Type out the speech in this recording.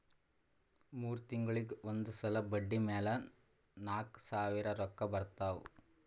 ಮೂರ್ ತಿಂಗುಳಿಗ್ ಒಂದ್ ಸಲಾ ಬಡ್ಡಿ ಮ್ಯಾಲ ನಾಕ್ ಸಾವಿರ್ ರೊಕ್ಕಾ ಬರ್ತಾವ್